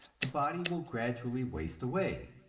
the body will gradually waste away.